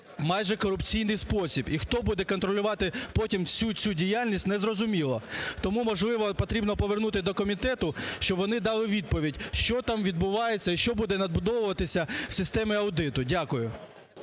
майже корупційний спосіб, і хто буде контролювати потім всю цю діяльність, незрозуміло. Тому, можливо, потрібно повернути до комітету, щоб вони дали відповідь, що там відбувається, і що буде надбудовуватися в системі аудиту. Дякую.